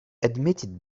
admitted